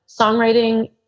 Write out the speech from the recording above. songwriting